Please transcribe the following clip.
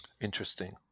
Interesting